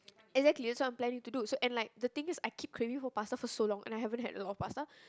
exactly that's why I'm planning to do so and like the thing is I keep craving for pasta for so long and I haven't had a lot of pasta